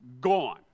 gone